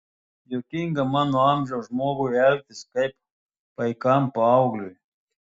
juokinga mano amžiaus žmogui elgtis kaip paikam paaugliui